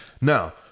Now